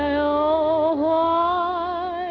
oh